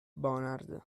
bonard